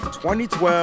2012